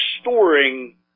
storing